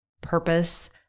purpose